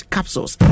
Capsules